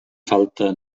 falta